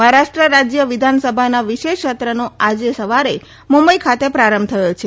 મહારાષ્ટ્ર રાજ્ય વિધાનસભાના વિશેષ સત્રની આજે સવારે મુંબઈ ખાતે પ્રારંભ થયો છે